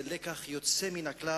זה לקח יוצא מן הכלל.